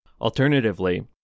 Alternatively